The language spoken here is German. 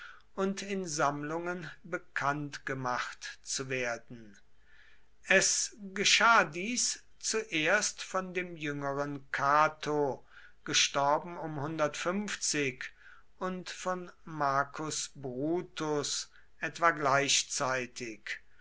und in sammlungen bekannt gemacht zu werden es geschah dies zuerst von dem jüngeren cato und von marcus brutus etwa